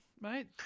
mate